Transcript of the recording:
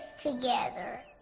together